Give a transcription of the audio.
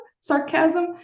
sarcasm